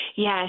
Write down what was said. Yes